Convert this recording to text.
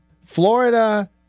Florida